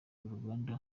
uruganda